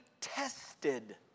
tested